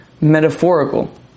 metaphorical